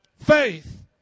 Faith